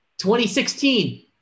2016